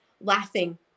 laughing